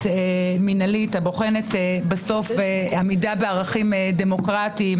מינהלית הבוחנת עמידה בערכים דמוקרטיים,